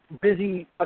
busy